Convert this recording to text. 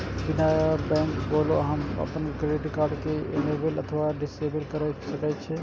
बिना बैंक गेलो अहां अपन डेबिट कार्ड कें इनेबल अथवा डिसेबल कैर सकै छी